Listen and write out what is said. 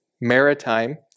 maritime